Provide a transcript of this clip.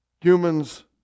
Humans